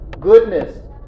goodness